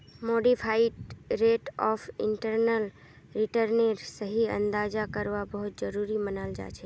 modified rate of internal रिटर्नेर सही अंदाजा करवा बहुत जरूरी मनाल जाछेक